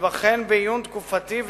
ותיבחן בעיון תקופתי,